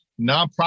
nonprofit